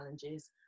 challenges